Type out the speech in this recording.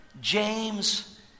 James